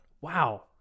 Wow